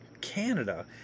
Canada